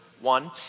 one